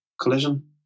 collision